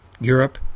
Europe